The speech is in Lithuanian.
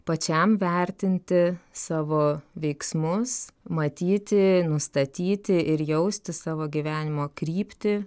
pačiam vertinti savo veiksmus matyti nustatyti ir jausti savo gyvenimo kryptį